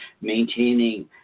maintaining